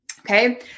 Okay